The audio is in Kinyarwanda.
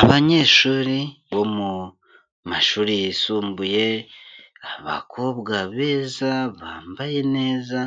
Abanyeshuri bo mu mashuri yisumbuye abakobwa beza bambaye neza